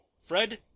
fred